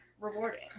Rewarding